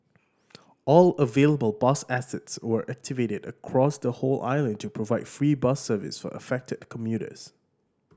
all available bus assets were activated across the whole island to provide free bus service for affected commuters